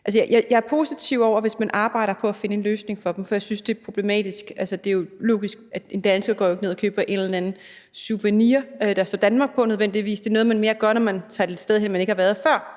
for og positiv over, hvis man arbejder på at finde en løsning for dem, for jeg synes det er problematisk. Det er jo logisk, at en dansker ikke nødvendigvis går ned og køber en eller anden souvenir, der står Danmark på; det er noget, man mere gør, når man tager et sted hen, hvor man ikke har været før.